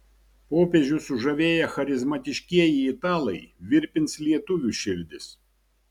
popiežių sužavėję charizmatiškieji italai virpins lietuvių širdis